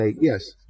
yes